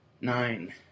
Nine